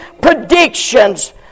predictions